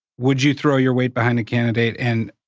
would you throw your weight behind the candidate, and